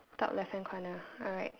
top left hand corner alright